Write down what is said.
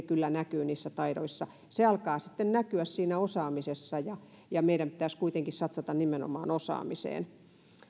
kyllä näkyy niissä taidoissa se alkaa sitten näkyä siinä osaamisessa ja ja meidän pitäisi kuitenkin satsata nimenomaan osaamiseen